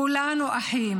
כולנו אחים,